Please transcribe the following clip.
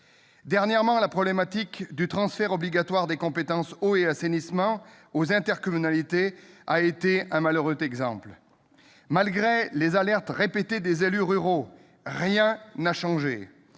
Dernièrement, la problématique du transfert obligatoire des compétences eau et assainissement aux intercommunalités en a été un malheureux exemple : malgré les alertes répétées des élus ruraux, rien n'a changé.